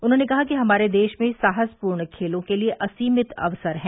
उन्होंने कहा कि हमारे देश में साहसपूर्ण खेलों के लिए असीमित अवसर हैं